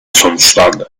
sonuçlandı